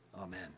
Amen